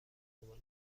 عنوان